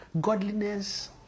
Godliness